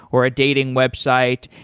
or a dating website,